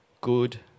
good